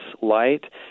light